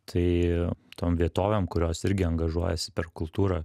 tai tom vietovėm kurios irgi angažuojasi per kultūrą